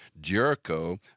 Jericho